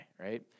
right